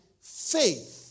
faith